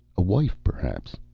a wife perhaps.